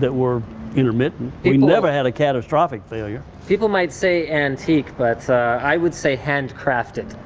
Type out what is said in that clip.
that were intermittent. we never had a catastrophic failure. people might say antique, but i would say hand-crafted.